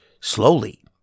slowly